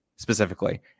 Specifically